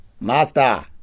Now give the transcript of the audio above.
master